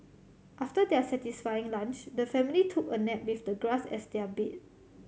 after their satisfying lunch the family took a nap with the grass as their bed